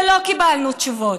ולא קיבלנו תשובות.